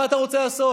מה אתה רוצה לעשות?